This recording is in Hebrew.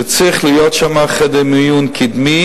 שצריך להיות שם חדר מיון קדמי